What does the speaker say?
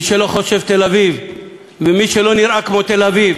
מי שלא חושב תל-אביב ומי שלא נראה כמו תל-אביב